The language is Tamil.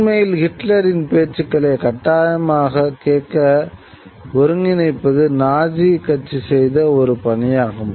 உண்மையில் ஹிட்லரின் பேச்சுகளை கட்டாயமாகக் கேட்க ஒருங்கிணைப்பது நாஜி கட்சி செய்த ஒரு பணியாகும்